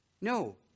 No